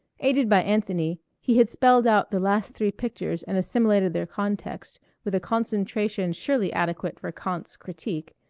aided by anthony, he had spelled out the last three pictures and assimilated their context with a concentration surely adequate for kant's critique,